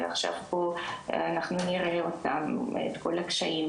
ועכשיו אנחנו נראה את כל הקשיים,